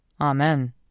Amen